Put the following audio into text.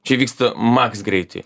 čia vyksta maks greitai